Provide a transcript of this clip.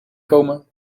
komen